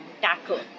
tackle